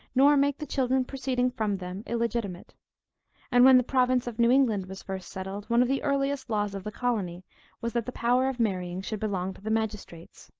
nor make the children proceeding from them illegitimate and when the province of new england was first settled, one of the earliest laws of the colony was, that the power of marrying should belong to the magistrates.